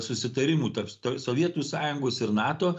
susitarimų tarp sovietų sąjungos ir nato